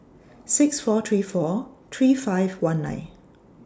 six four three four three five one nine